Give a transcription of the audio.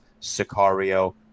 Sicario